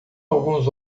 alguns